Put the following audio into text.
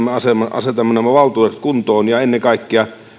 asetamme nämä valtuudet kuntoon ja ennen kaikkea